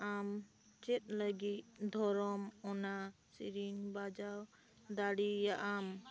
ᱟᱢ ᱪᱮᱫ ᱞᱟᱹᱜᱤᱫ ᱫᱷᱚᱨᱚᱢ ᱚᱱᱟ ᱥᱮᱹᱨᱮᱹᱧ ᱵᱟᱡᱟᱣ ᱫᱟᱲᱮᱭᱟᱜᱟᱢ